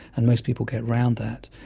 and most people get around that.